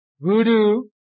Voodoo